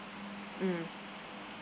mm